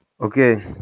Okay